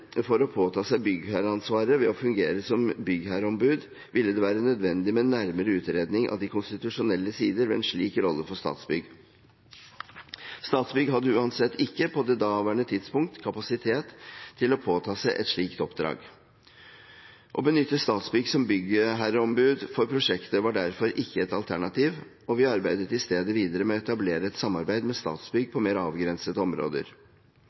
for å påta seg byggherreansvaret ved å fungere som byggherreombud ville det være nødvendig med nærmere utredning av de konstitusjonelle sider ved en slik rolle for Statsbygg. Statsbygg hadde uansett ikke på det daværende tidspunkt kapasitet til å påta seg et slikt oppdrag. Å benytte Statsbygg som byggherreombud for prosjektet var derfor ikke et alternativ, og vi arbeidet i stedet videre med å etablere et samarbeid med Statsbygg på mer avgrensede områder.